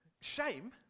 Shame